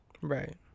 Right